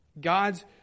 God's